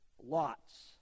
lots